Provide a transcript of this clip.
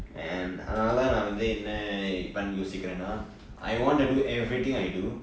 and அதுனால தான் நா வந்து என்ன:athunaala thaan naa vanthu enna plan யோசிக்கிறேனா:yosikirenaa I want to do everything I do